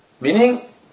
meaning